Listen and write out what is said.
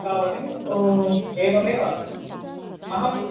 तावदेव ओ एवमेव अहं